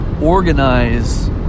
organize